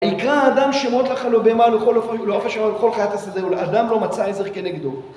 ויקרא האדם שמות לכל הבהמה ולכל לעוף השמים ולכל חית השדה ולאדם לא מצא עזר כנגדו